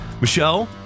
Michelle